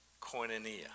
Koinonia